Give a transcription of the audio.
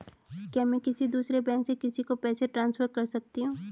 क्या मैं किसी दूसरे बैंक से किसी को पैसे ट्रांसफर कर सकती हूँ?